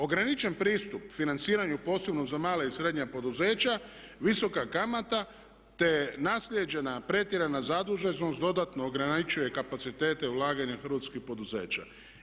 Ograničen pristup financiranju posebno za mala i srednja poduzeća, visoka kamata te naslijeđena pretjerana zaduženost dodatno ograničava kapacitete ulaganja hrvatskih poduzeća.